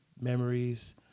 memories